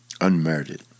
Unmerited